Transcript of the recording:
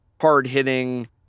hard-hitting